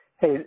Hey